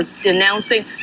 denouncing